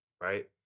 right